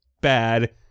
bad